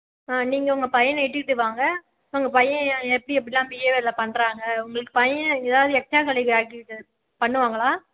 ஆ நீங்கள் உங்கள் பையனை இட்டுகிட்டு வாங்க உங்கள் பையன் எ எப்படி எப்படிலாம் பிஹேவியரில் பண்ணுறாங்க உங்களுக்கு பையன் ஏதாவது எக்ஸ்ட்ரா கரிகுலர் ஆக்டிவிட்டிஸ் பண்ணுவாங்களா